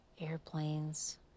airplanes